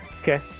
okay